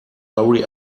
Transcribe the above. hurry